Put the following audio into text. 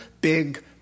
big